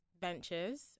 ventures